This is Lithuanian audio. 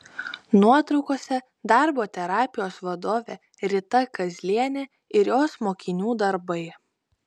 nuotraukose darbo terapijos vadovė rita kazlienė ir jos mokinių darbai